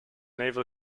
naval